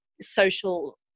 social